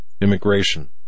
immigration